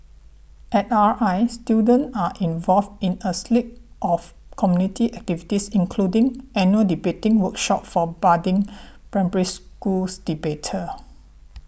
at R I students are involved in a slew of community activities including annual debating workshops for budding Primary Schools debaters